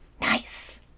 Nice